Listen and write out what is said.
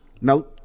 Now